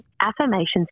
Affirmations